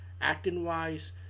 Acting-wise